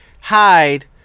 hide